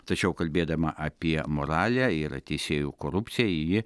tačiau kalbėdama apie moralę ir teisėjų korupciją ji